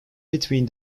between